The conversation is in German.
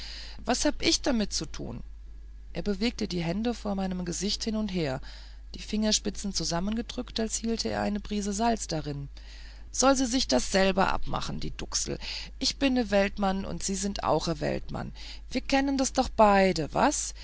was hab ich damit zu tun er bewegte die hände vor meinem gesicht hin und her die fingerspitzen zusammengedrückt als hielte er eine prise salz darin soll sie sich das selber abmachen die duksel ich bin e weltmann und sie sin auch e weltmann wir kennen doch das beide waas